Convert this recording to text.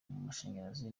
mashanyarazi